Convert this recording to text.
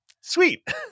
Sweet